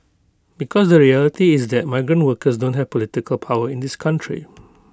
because the reality is that migrant workers don't have political power in this country